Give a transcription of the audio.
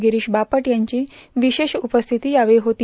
गिरीश बापट यांची विशेष उपस्थिती यावेळी होती